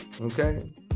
Okay